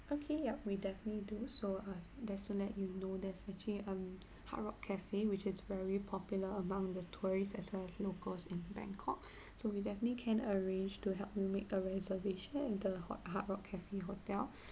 okay yup we definitely do so I just to let you know there's actually um hard rock cafe which is very popular among the tourists as well as local in bangkok so we definitely can arrange to help you make a reservation in the hot hard rock cafe hotel